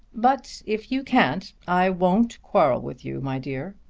but if you can't i won't quarrel with you, my dear.